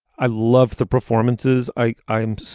i love the performances. i i am.